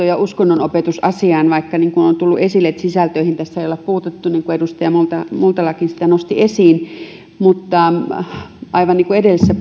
ja uskonnonopetusasiaan vaikka niin kuin on tullut esille sisältöihin tässä ei olla puututtu niin kuin edustaja multalakin nosti esiin mutta aivan niin kuin edellisessä